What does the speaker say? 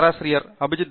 பேராசிரியர் அபிஜித் பி